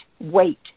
wait